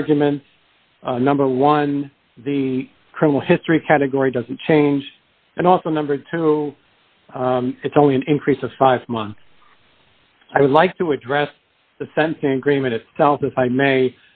arguments number one the criminal history category doesn't change and also number two it's only an increase of five months i would like to address the sense in agreement itself if i may